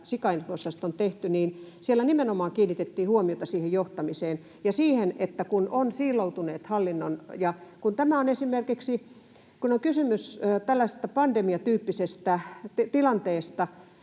sikainfluenssasta on tehty, että siellä nimenomaan kiinnitettiin huomiota siihen johtamiseen ja siihen, että kun on siiloutuneet hallinnon... Kun on kysymys tällaisesta pandemiatyyppisestä tilanteesta,